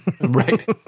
Right